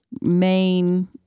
main